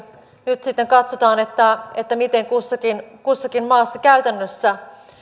nyt sitten katsotaan miten kussakin kussakin maassa käytännössä